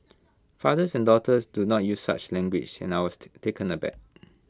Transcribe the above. fathers and daughters do not use such language and I was taken aback